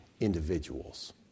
individuals